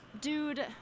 Dude